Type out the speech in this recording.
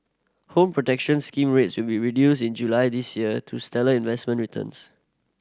Home Protection Scheme rates will be reduced in July this year to stellar investment returns